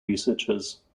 researchers